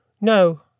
No